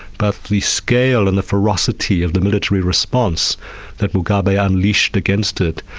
but the scale and the ferocity of the military response that mugabe unleashed against it,